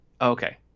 okay